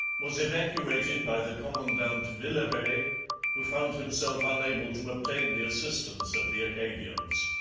was evacuated by the commandant villeray, who found himself unable to obtain the assistance of the acadians.